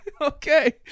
Okay